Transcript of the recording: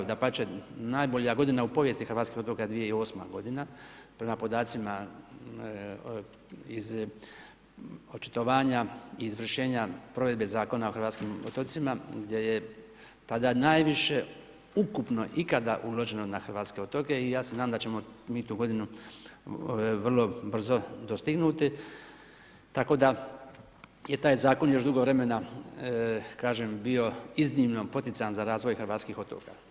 Dapače, najbolja godina u povijesti hrvatskih otoka je 2008. godina prema podacima iz očitovanja izvršenja provedbe Zakona o hrvatskim otocima gdje je tada najviše ukupno ikada uloženo na hrvatske otoke i ja se nadam da ćemo mi tu godinu vrlo brzo dostignuti, tako da je taj Zakon još dugo vremena kažem, bio iznimno poticajan za razvoj hrvatskih otoka.